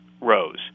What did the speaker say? rose